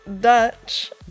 Dutch